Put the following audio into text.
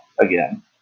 again